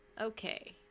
Okay